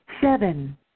Seven